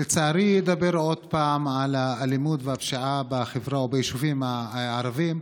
לצערי אדבר עוד פעם על האלימות והפשיעה בחברה וביישובים הערביים.